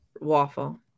waffle